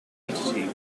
entity